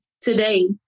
today